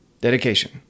dedication